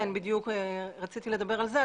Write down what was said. כן, בדיוק רציתי לדבר על זה.